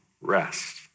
rest